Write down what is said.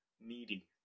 needy